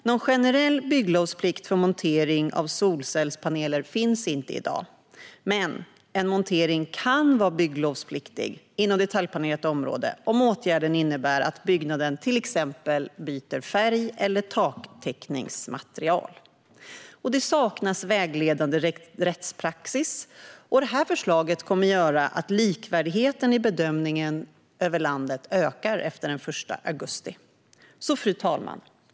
Någon generell bygglovsplikt för montering av solcellspaneler finns inte i dag, men en montering kan vara bygglovspliktig inom detaljplanerat område om åtgärden innebär att byggnaden till exempel byter färg eller taktäckningsmaterial. Det saknas vägledande rättspraxis, och det här förslaget kommer att göra att likvärdigheten i bedömningarna över landet ökar efter den 1 augusti. Fru talman!